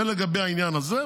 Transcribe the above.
זה לגבי העניין הזה,